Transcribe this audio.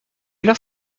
heure